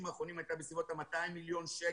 האחרונים הייתה בסביבות ה-200 מיליון שקל.